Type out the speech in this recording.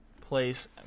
place